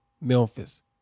Memphis